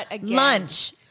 lunch